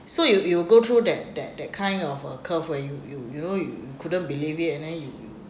so you you go through that that that kind of uh curve where you you you know y~ you couldn't believe it and then you you